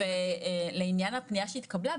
עכשיו לעניין הפניה שהתקבלה,